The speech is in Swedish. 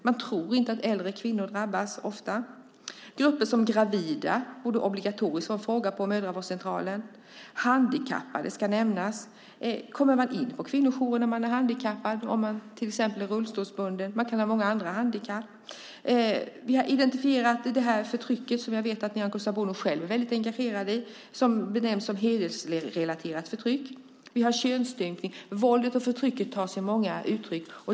Man tror ofta inte att äldre kvinnor drabbas. Sedan finns gruppen gravida. Det borde vara en obligatorisk fråga på mödravårdscentralen. Handikappade ska nämnas. Kommer de in på kvinnojourerna om de är handikappade, till exempel rullstolsbundna? Det finns många andra handikapp. Vi har identifierat det som benämns som hedersrelaterat förtryck, som jag vet att Nyamko Sabuni själv är engagerad i. Vi har könsstympning. Våldet och förtrycket tar sig många uttryck.